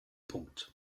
punkt